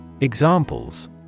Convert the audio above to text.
Examples